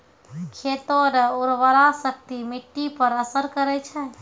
खेत रो उर्वराशक्ति मिट्टी पर असर करै छै